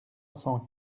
cent